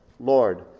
Lord